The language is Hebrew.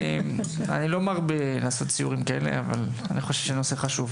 אני לא מרבה לעשות סיורים כאלה אבל אני חושב שהנושא חשוב.